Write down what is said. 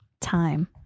time